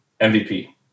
MVP